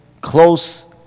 close